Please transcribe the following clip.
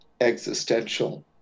existential